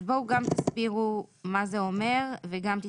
אז בואו גם תסבירו מה זה אומר וגם אולי